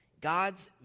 God's